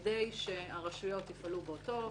כדי שהרשויות יפעלו באותו אופן,